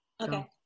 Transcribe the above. Okay